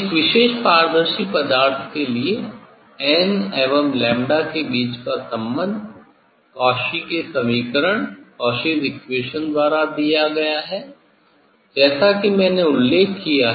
एक विशेष पारदर्शी पदार्थ के लिए 'n' एवं '𝝺' के बीच का संबंध कॉची के समीकरण Cauchy's equation द्वारा दिया गया है जैसा कि मैंने उल्लेख किया है